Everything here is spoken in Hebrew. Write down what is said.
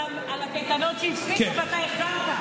על קייטנות שהפסיקו ואתה החזרת.